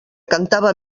cantava